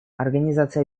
организация